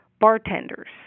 bartenders